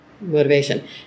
motivation